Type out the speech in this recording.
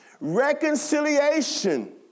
Reconciliation